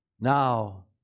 Now